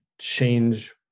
change